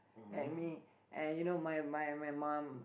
help me and you know you know my mom